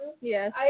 Yes